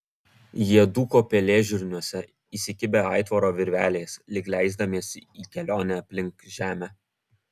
jie dūko pelėžirniuose įsikibę aitvaro virvelės lyg leisdamiesi į kelionę aplink žemę